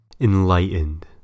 Enlightened